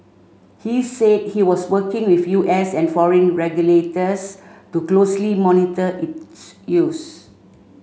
he said he was working with U S and foreign regulators to closely monitor its use